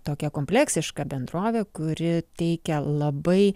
tokią kompleksišką bendrovę kuri teikia labai